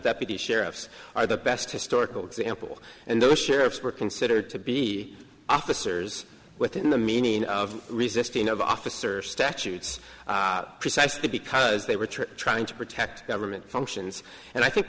deputy sheriffs are the best historical example and those sheriffs were considered to be officers within the meaning of resisting of officers statutes precisely because they were true trying to protect government functions and i think